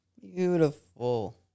beautiful